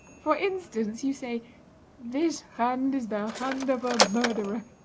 for instance, you say this hand is the hand of a murderer.